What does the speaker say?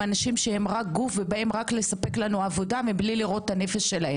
הם רק גוף ורק באים לספק לנו עבודה מבלי לראות את נפשם.